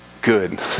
good